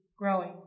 growing